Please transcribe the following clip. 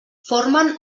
formen